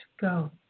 go